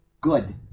good